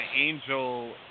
angel